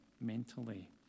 mentally